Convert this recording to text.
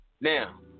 Now